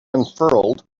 unfurled